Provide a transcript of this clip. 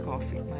Coffee